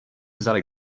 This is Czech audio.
vzali